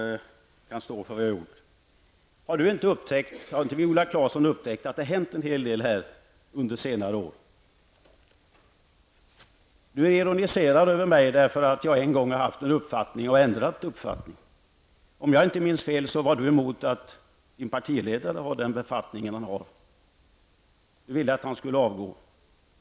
Jag kan stå för vad jag har gjort. Har inte Viola Claesson upptäckt att det har hänt en hel del här under senare år? Viola Claesson ironiserar över mig för att jag en gång har haft en uppfattning och sedan ändrat uppfattning. Om jag inte minns fel var Viola Claesson emot att hennes partiledare har den befattning han har. Hon ville att han skulle avgå.